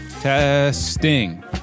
Testing